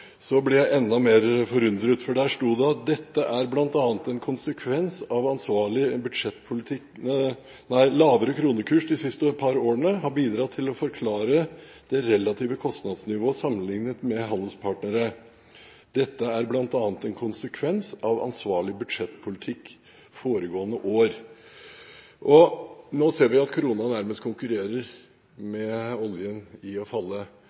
så, og som var løsrevet fra produktivitetsveksten i norsk økonomi. Men da jeg leste Arbeiderpartiets hovedmerknad i finansinnstillingen, ble jeg enda mer forundret, for der sto det: «Lavere kronekurs de siste par årene har bidratt til å forbedre det relative kostnadsnivået sammenlignet med handelspartnerne. Dette er blant annet en konsekvens av ansvarlig budsjettpolitikk foregående år.» Nå ser vi at kronen nærmest konkurrerer med oljen i å falle.